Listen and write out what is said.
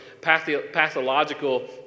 pathological